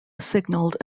signaled